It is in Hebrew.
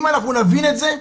אם אנחנו נבין את זה,